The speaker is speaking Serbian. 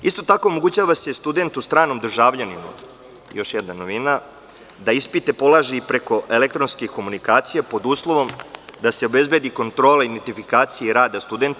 Isto tako, omogućava se studentu stranom državljaninu da ispite polaže i preko elektronskih komunikacija, pod uslovom da se obezbedi kontrola i identifikacija rada studenta.